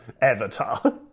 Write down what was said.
avatar